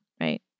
right